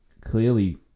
clearly